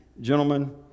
gentlemen